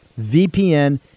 VPN